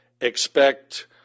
expect